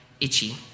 itchy